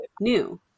new